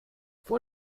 vor